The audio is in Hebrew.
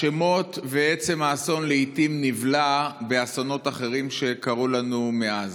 השמות ועצם האסון לעיתים נבלעים באסונות אחרים שקרו לנו מאז.